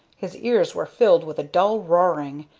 his ears were filled with a dull roaring,